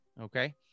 okay